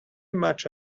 much